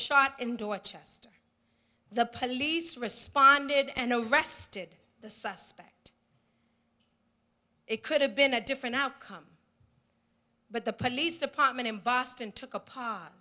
shot in dorchester the police responded and arrested the suspect it could have been a different outcome but the police department in boston took